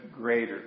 greater